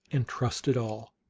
and trusted all.